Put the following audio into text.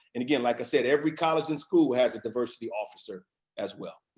and again, like i said, every college and school has a diversity officer as well. now,